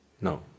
No